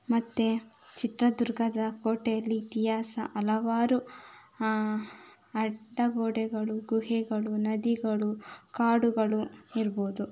ಮತ್ತು ಚಿತ್ರದುರ್ಗದ ಕೋಟೆಯಲ್ಲಿ ಇತಿಹಾಸ ಹಲವಾರು ಅಡ್ಡಗೋಡೆಗಳು ಗುಹೆಗಳು ನದಿಗಳು ಕಾಡುಗಳು ಇರ್ಬೋದು